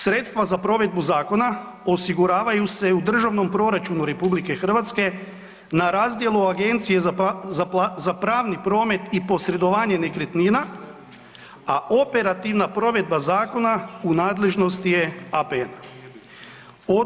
Sredstva za provedbu zakona osiguravaju se u državnom proračunu RH na razdjelu Agencije za pravni promet i posredovanje nekretnina, a operativna provedba zakona u nadležnosti je APN-a.